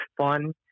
fun